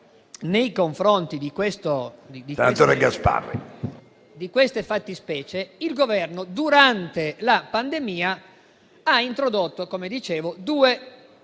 Nei confronti di queste fattispecie, il Governo, durante la pandemia, ha introdotto due misure